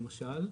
למשל,